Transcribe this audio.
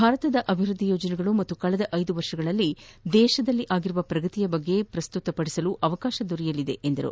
ಭಾರತದ ಅಭಿವೃದ್ದಿ ಯೋಜನೆಗಳು ಹಾಗೂ ಕಳೆದ ಐದು ವರ್ಷಗಳಲ್ಲಿ ದೇಶದಲ್ಲಿ ಆಗಿರುವ ಪ್ರಗತಿಯ ಬಗ್ಗೆ ಪ್ರಸ್ತುತಪಡಿಸಲು ಅವಕಾಶ ದೊರೆಯಲಿದೆ ಎಂದರು